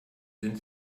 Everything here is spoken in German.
sind